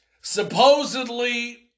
supposedly